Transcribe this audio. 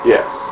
Yes